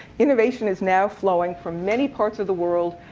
innovation is now flowing from many parts of the world.